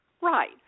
Right